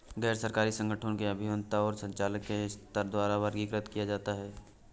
गैर सरकारी संगठनों को अभिविन्यास और संचालन के स्तर द्वारा वर्गीकृत किया जाता है